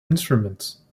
instruments